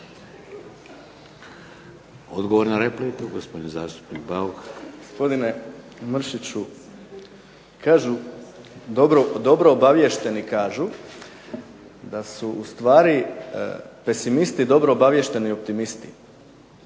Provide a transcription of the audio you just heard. Odgovor na repliku, gospodin zastupnik Bauk. **Bauk, Arsen (SDP)** Gospodine Mršiću, kažu, dobro obaviješteni kažu da su ustvari pesimisti dobro obaviješteni optimisti,